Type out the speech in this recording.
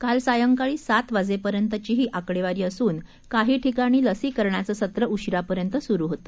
कालसायंकाळीसातवाजेपर्यंतचीहीआकडेवारीअसून काहीठिकाणीलसीकरणाचेसत्रउशिरापर्यंतसुरुहोते